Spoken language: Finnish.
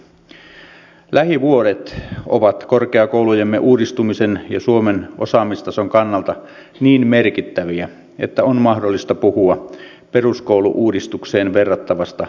lähivuodet ovat korkeakoulujemme uudistumisen ja suomen osaamistason kannalta niin merkittäviä että on mahdollista puhua peruskoulu uudistukseen verrattavasta reformijaksosta